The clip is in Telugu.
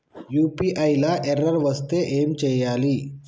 యూ.పీ.ఐ లా ఎర్రర్ వస్తే ఏం చేయాలి?